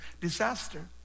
disaster